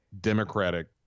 democratic